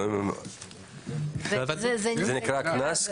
זה נקרא קנס?